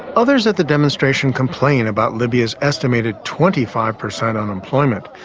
others at the demonstration complain about libya's estimated twenty five per cent unemployment.